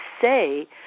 say